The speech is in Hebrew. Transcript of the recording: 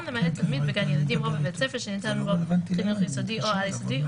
למעט בגן ילדים או בבית ספר שניתן בו חינוך יסודי או על יסודי,